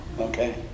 Okay